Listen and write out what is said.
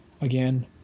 Again